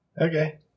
Okay